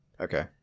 Okay